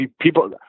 people